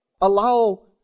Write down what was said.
allow